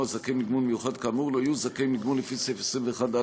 הזכאים לגמול מיוחד כאמור לא יהיו זכאים לגמול לפי סעיף 21(א)